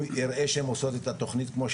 הוא יראה שהן עושות את התכנית כמו שצריך.